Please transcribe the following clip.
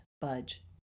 budge